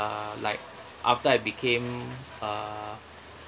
uh like after I became uh